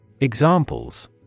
Examples